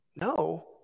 No